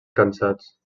cansats